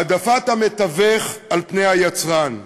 העדפת המתווך על-פני היצרן.